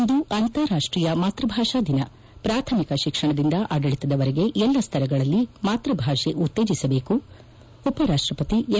ಇಂದು ಅಂತಾರಾಷ್ಷೀಯ ಮಾತ್ವಭಾಷಾ ದಿನ ಪ್ರಾಥಮಿಕ ಶಿಕ್ಷಣದಿಂದ ಆಡಳಿತದವರೆಗೆ ಎಲ್ಲ ಸ್ತರಗಳಲ್ಲಿ ಮಾತ್ಬಭಾಷೆ ಉತ್ತೇಜಿಸಬೇಕು ಉಪರಾಷ್ಟಪತಿ ಎಂ